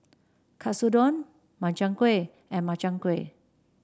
Katsudon Makchang Gui and Makchang Gui